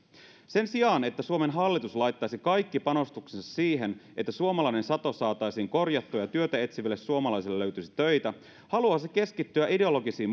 sen sijaan että suomen hallitus laittaisi kaikki panostuksensa siihen että suomalainen sato saataisiin korjattua ja työtä etsiville suomalaisille löytyisi töitä haluaa se keskittyä ideologisiin